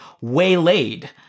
waylaid